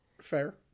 fair